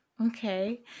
Okay